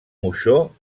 moixó